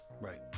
Right